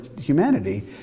humanity